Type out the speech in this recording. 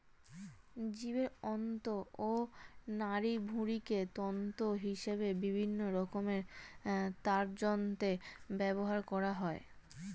জীবের অন্ত্র ও নাড়িভুঁড়িকে তন্তু হিসেবে বিভিন্ন রকমের তারযন্ত্রে ব্যবহার করা হয়